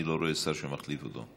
ואני לא רואה שר שמחליף אותו.